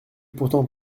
pourtant